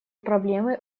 проблемы